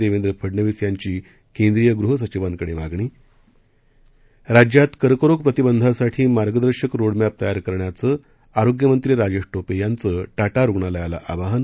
देवेंद्र फडनवीस यांची केंद्रीय गृहसचिवांकडे मागणी राज्यात कर्करोग प्रतिबंधासाठी मार्गदर्शक रोड मॅप तयार करण्याचं आरोग्य मंत्री राजेश टोपे यांचं टाटा रुग्णालयाला आवाहन